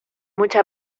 mucha